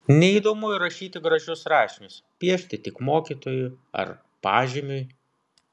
neįdomu ir rašyti gražius rašinius piešti tik mokytojui ar pažymiui